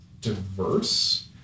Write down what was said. diverse